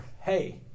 hey